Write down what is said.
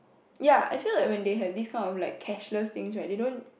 ya I feel like when they have these kind of like cashless things right they don't